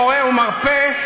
מורה ומרפא,